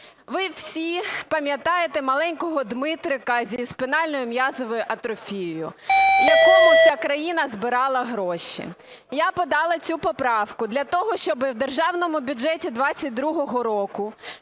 Ви всі пам'ятаєте маленького Дмитрика зі спинальною м'язовою атрофією, якому вся країна збирала гроші. Я подала цю поправку для того, щоб у Державному бюджеті 2022 року